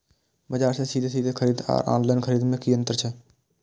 बजार से सीधे सीधे खरीद आर ऑनलाइन खरीद में की अंतर छै?